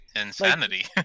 insanity